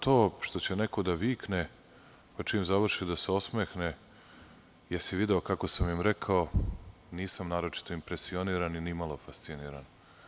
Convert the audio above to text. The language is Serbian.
To što će neko da vikne, pa čim završi da se osmehne – jel si video kako sam im rekao, nisam naročito impresioniran i ni malo fasciniran.